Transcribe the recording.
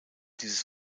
dieses